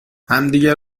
همدیگه